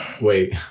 Wait